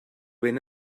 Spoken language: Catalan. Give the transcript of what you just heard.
ben